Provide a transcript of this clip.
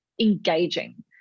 engaging